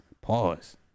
pause